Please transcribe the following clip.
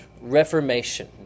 Reformation